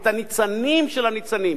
את הניצנים של הניצנים.